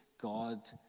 god